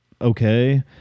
okay